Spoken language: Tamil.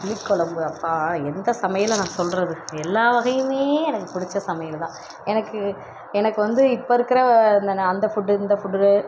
புளிக்குழம்பு அப்பா எந்த சமையலை நான் சொல்கிறது எல்லாவகையும் எனக்கு பிடிச்ச சமையல் தான் எனக்கு எனக்கு வந்து இப்போ இருக்கிற இந்த அந்த ஃபுட்டு இந்த ஃபுட்டு